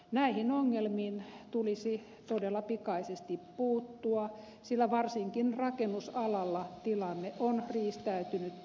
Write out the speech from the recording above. näihin ongelmiin tulisi todella pikaisesti puuttua sillä varsinkin rakennusalalla tilanne on riistäytynyt käsistä